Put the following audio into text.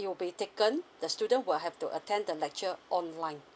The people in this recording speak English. it will be taken the student will have to attend the lecture online